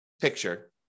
picture